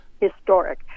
historic